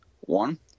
one